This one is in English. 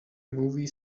movie